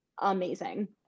amazing